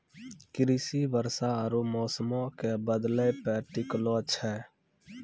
कृषि वर्षा आरु मौसमो के बदलै पे टिकलो छै